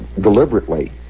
deliberately